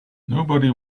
nobody